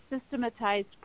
systematized